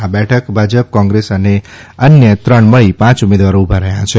આ બેઠક ભાજપ કોંગ્રેસ અને અન્ય ત્રણ મળી પાંચ ઉમેદવારો ઉભા રહ્યા છે